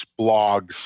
blogs